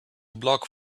block